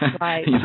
Right